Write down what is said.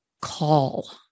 call